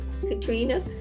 Katrina